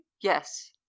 Yes